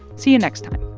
see you next time